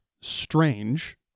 strange